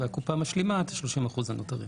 והקופה משלימה את ה-30% הנותנים.